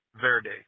Verde